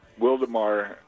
Wildemar